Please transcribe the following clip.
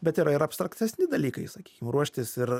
bet yra ir abstraktesni dalykai sakykim ruoštis ir